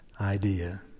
idea